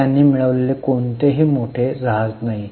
तर त्यांनी मिळविलेले कोणतेही मोठे जहाज नाही